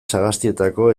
sagastietako